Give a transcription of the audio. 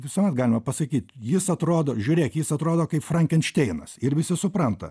visuomet galima pasakyt jis atrodo žiūrėk jis atrodo kaip frankenšteinas ir visi supranta